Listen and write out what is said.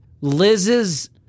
Liz's –